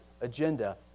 agenda